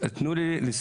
אני מבקש תנו לי לסיים.